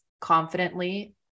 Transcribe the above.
confidently